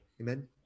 amen